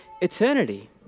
eternity